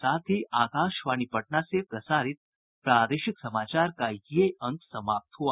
इसके साथ ही आकाशवाणी पटना से प्रसारित प्रादेशिक समाचार का ये अंक समाप्त हुआ